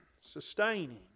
Sustaining